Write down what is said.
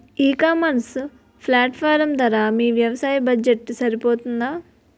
ఈ ecommerce platform ధర మీ వ్యవసాయ బడ్జెట్ సరిపోతుందా?